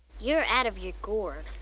you're out of your gourd.